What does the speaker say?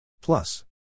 Plus